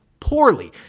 poorly